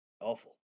awful